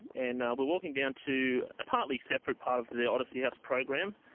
and we're walking down to a partly separate part of the the odyssey house program.